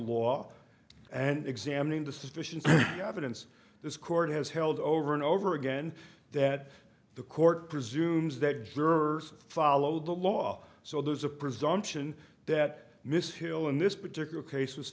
law and examining the sufficient evidence this court has held over and over again that the court presumes that jurors follow the law so there's a presumption that miss hill in this particular case was